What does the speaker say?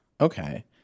okay